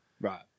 Right